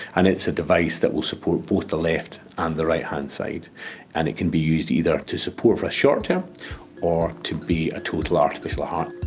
and it's a device that will support both the left and the right hand side and it can be used either to support for a short term or to be a total artificial heart.